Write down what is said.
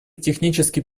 технически